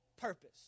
purpose